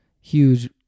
huge